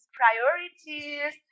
priorities